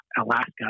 Alaska